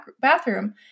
bathroom